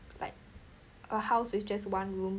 like a house with just one room